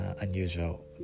unusual